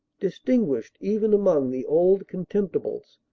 distin guished even among the old contemptibles,